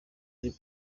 ari